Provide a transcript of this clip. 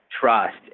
trust